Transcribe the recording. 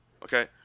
Okay